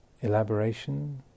elaboration